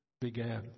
began